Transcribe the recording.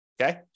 Okay